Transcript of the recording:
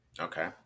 Okay